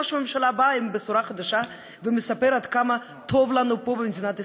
ראש הממשלה בא עם בשורה חדשה ומספר עד כמה טוב לנו פה במדינת ישראל.